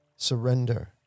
Surrender